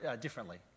differently